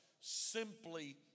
simply